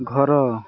ଘର